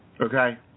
Okay